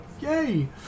Yay